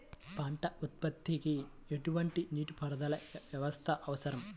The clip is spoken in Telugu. పంట ఉత్పత్తికి ఎటువంటి నీటిపారుదల వ్యవస్థ అవసరం?